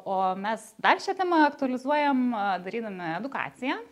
o mes dar šia tema aktualizuojam darydami edukaciją